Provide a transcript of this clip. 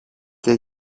και